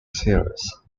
series